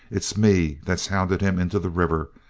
it's me that hounded him into the river.